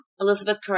Elizabeth